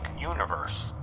universe